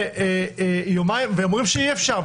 ואומרים שאי-אפשר,